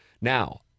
Now